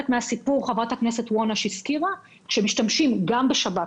חברת הכנסת וונש הזכירה חלק מהעניין הזה: כשמשתמשים גם בשב"כ,